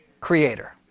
creator